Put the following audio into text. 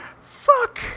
fuck